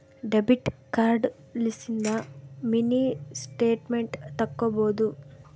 debit card ಲಿಸಿಂದ mini statement ತಕ್ಕೊಬೊದು